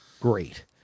Great